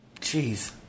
jeez